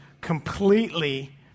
completely